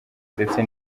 ndetse